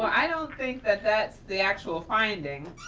i don't think that that's the actual finding.